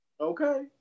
Okay